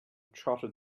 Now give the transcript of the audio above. trotted